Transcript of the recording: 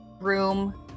room